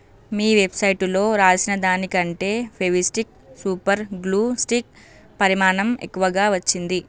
మీ వెబ్సైట్లో రాసిన దానికంటే ఫెవిస్టిక్ సూపర్ గ్లూ స్టిక్ పరిమాణం ఎక్కువగా వచ్చింది